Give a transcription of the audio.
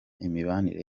imibanire